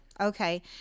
Okay